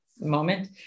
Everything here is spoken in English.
moment